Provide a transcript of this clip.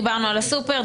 דיברנו על הסופר,